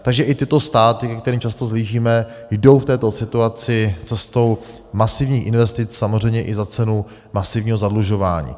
Takže i tyto státy, ke kterým často vzhlížíme, jdou v této situaci cestou masivních investic, samozřejmě i za cenu masivního zadlužování.